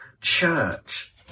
church